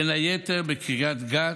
בקריית גת,